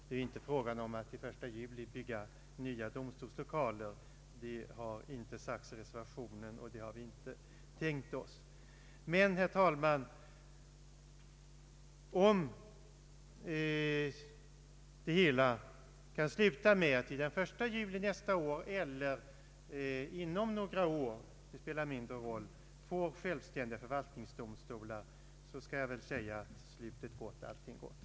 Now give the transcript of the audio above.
Det är inte fråga om att till den 1 juli bygga nya domstolslokaler. Det har inte sagts i reservationen, och det har vi inte tänkt oss. Men, herr talman, om det hela slutar med att vi den 1 juli nästa år, eller i varje fall inom några år — det spelar mindre roll — får självständiga förvalt ningsdomstolar, skall jag säga: ”Slutet gott, allting gott.”